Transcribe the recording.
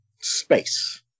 space